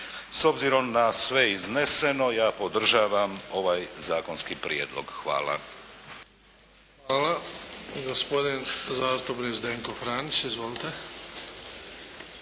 S obzirom na sve izneseno, ja podržavam ovaj zakonski prijedlog. Hvala. **Bebić, Luka (HDZ)** Hvala. Gospodin zastupnik Zdenko Franić. Izvolite.